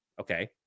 Okay